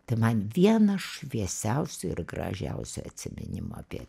tai man vienas šviesiausių ir gražiausių atsiminimų apie